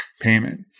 payment